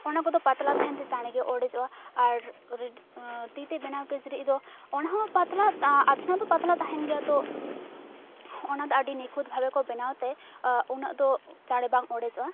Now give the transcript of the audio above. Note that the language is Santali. ᱚᱱᱟᱠᱚᱫᱚ ᱯᱟᱛᱞᱟ ᱛᱟᱦᱮᱱᱛᱮ ᱪᱟᱬᱮ ᱚᱲᱮᱡᱚᱜᱼᱟ ᱟᱨ ᱛᱤᱛᱮ ᱵᱮᱱᱟᱣ ᱠᱤᱪᱨᱤᱡᱽᱫᱚ ᱚᱱᱟᱦᱚᱸ ᱯᱟᱛᱞᱟ ᱟᱫᱷᱮᱱᱟᱜ ᱫᱚ ᱯᱟᱛᱞᱟ ᱛᱟᱦᱮᱱ ᱜᱮᱭᱟ ᱛᱚ ᱚᱱᱟᱫᱚ ᱟᱹᱰᱤ ᱱᱤᱠᱷᱩᱛ ᱵᱷᱟᱵᱮᱠᱚ ᱵᱮᱱᱟᱣᱛᱮ ᱩᱱᱟᱹᱜᱫᱚ ᱪᱟᱬᱮ ᱵᱟᱝ ᱚᱲᱮᱡᱚᱜᱼᱟ